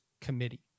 committee